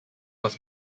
was